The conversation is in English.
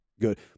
good